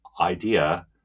idea